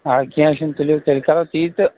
آ کیٚنٛہہ چھُنہٕ تُلِو تیٚلہِ کرو تی تہٕ